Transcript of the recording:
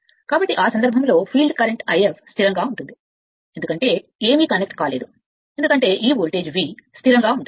కాబట్టి ఆ సందర్భంలో ఫీల్డ్ కరెంట్ ∅ స్థిరంగా ఉంటుంది ఎందుకంటే ఏమీ కనెక్ట్ కాలేదు ఎందుకంటే ఈ వోల్టేజ్ V స్థిరంగా ఉంటుంది